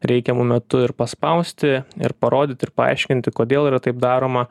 reikiamu metu ir paspausti ir parodyt ir paaiškinti kodėl yra taip daroma